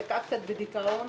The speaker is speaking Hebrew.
ושקעה קצת בדיכאון,